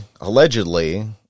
allegedly